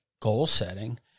goal-setting